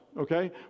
Okay